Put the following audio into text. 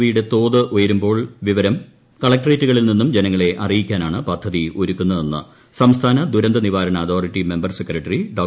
V യുടെ തോത് ഉയരുമ്പോൾ വിവരം കളക്ടറേറ്റുകളിൽ നിന്നും ജനങ്ങളെ അറിയിക്കാനാണ് പദ്ധതി ഒരുക്കുന്നതെന്ന് സംസ്ഥാന ദുരന്ത നിവാരണ അതോറിറ്റി മെമ്പർ സെക്രട്ടറി ഡോ